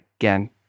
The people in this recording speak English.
Again